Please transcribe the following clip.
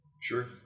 Sure